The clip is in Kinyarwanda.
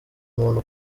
muntu